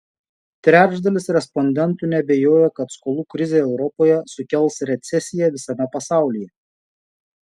trečdalis respondentų neabejoja kad skolų krizė europoje sukels recesiją visame pasaulyje